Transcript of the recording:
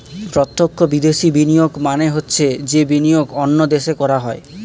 প্রত্যক্ষ বিদেশি বিনিয়োগ মানে হচ্ছে যে বিনিয়োগ অন্য দেশে করা হয়